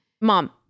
Mom